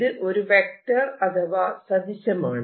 ഇത് ഒരു വെക്റ്റർ അഥവാ സദിശമാണ്